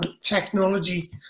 technology